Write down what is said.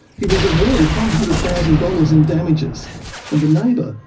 he was awarded one hundred thousand dollars in damages and the neighbour,